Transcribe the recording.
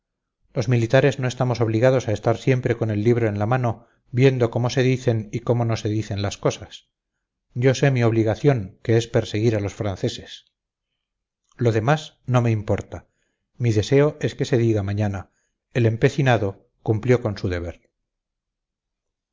los militares no estamos obligados a estar siempre con el libro en la mano viendo cómo se dicen y cómo no se dicen las cosas yo sé mi obligación que es perseguir a los franceses lo demás no me importa mi deseo es que se diga mañana el empecinado cumplió con su deber